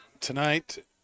tonight